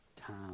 time